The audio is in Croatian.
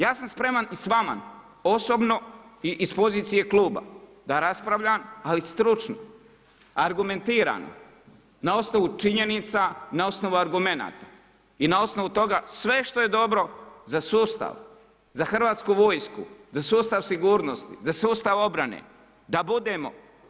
Ja sam spreman i sa vama osobno i iz pozicije kluba da raspravljam, ali stručno, argumentirano na osnovu činjenica, na osnovu argumenata i na osnovu toga sve što je dobro za sustav, za Hrvatsku vojsku, za sustav sigurnosti, za sustav obrane da budemo.